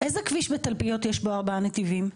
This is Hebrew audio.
באיזה כביש בתלפיות יש בו ארבעה נתיבים?